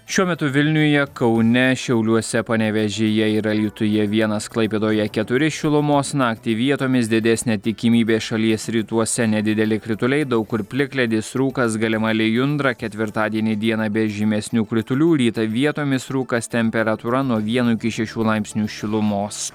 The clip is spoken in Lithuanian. šiuo metu vilniuje kaune šiauliuose panevėžyje ir alytuje vienas klaipėdoje keturi šilumos naktį vietomis didesnė tikimybė šalies rytuose nedideli krituliai daug kur plikledis rūkas galima lijundra ketvirtadienį dieną be žymesnių kritulių rytą vietomis rūkas temperatūra nuo vieno iki šešių laipsnių šilumos